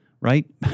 right